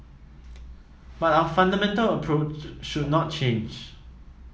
but our fundamental approach should not change